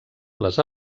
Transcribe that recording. les